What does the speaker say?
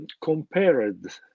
compared